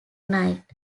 night